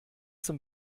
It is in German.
zum